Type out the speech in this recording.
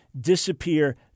disappear